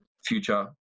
future